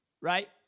right